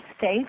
safe